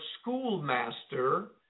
schoolmaster